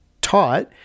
taught